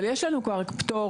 אבל יש לנו כבר פטורים,